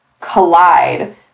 collide